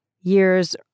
years